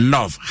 Love